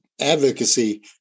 advocacy